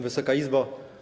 Wysoka Izbo!